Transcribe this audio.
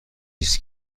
است